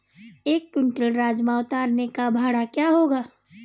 एक क्विंटल राजमा उतारने का भाड़ा क्या होगा?